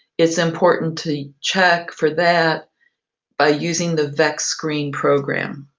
it's important to check for that by using the vecscreen program.